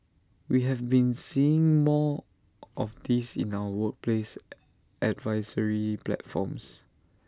we have been seeing more of this in our workplace advisory platforms